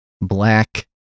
black